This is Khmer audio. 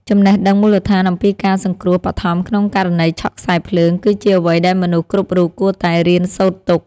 ចំណេះដឹងមូលដ្ឋានអំពីការសង្គ្រោះបឋមក្នុងករណីឆក់ខ្សែភ្លើង គឺជាអ្វីដែលមនុស្សគ្រប់រូបគួរតែរៀនសូត្រទុក។